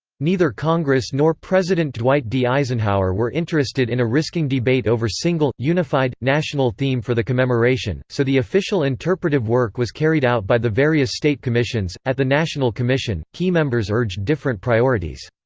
neither congress nor president dwight d. eisenhower were interested in a risking debate over single, unified, national theme for the commemoration, so the official interpretive work was carried out by the various state commissions at the national commission, key members urged different priorities.